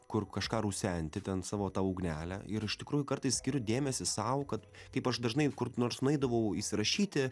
kur kažką rusenti ten savo tą ugnelę ir iš tikrųjų kartais skiriu dėmesį sau kad kaip aš dažnai kur nors nueidavau įsirašyti